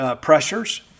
pressures